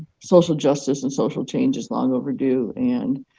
social justice and social change is long overdue. and